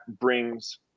brings